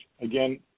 again